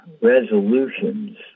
resolutions